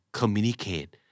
communicate